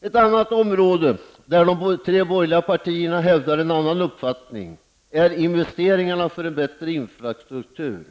Ett annat område där de tre borgerliga partierna hävdar en annan uppfattning är investeringarna för en bättre infrastruktur.